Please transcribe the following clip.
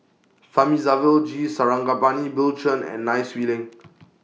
Thamizhavel G Sarangapani Bill Chen and Nai Swee Leng